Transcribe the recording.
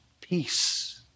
peace